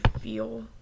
feel